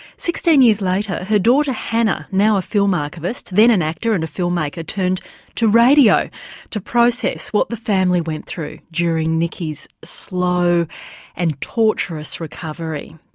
sixteen years later her daughter hannah, now a film archivist then an actor and filmmaker, turned to radio to process what the family went through during nikki's slow and torturous recovery.